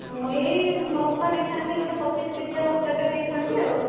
ମୁଁ ଏଇ ବସ୍ତା ନେଇଥାନ୍ତି ଗୋଟେ ପଚିଶ କେଜିଆ ବସ୍ତାଟେ ନେଇଥାନ୍ତି ଆଉ